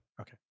Okay